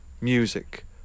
music